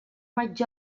vaig